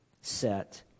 set